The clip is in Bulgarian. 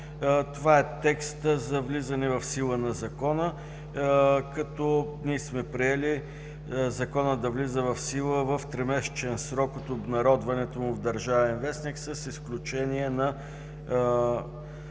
Това е текстът за влизане в сила на Закона. Ние сме приели Законът да влиза в сила в тримесечен срок от обнародването му в „Държавен вестник“ и в